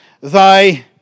thy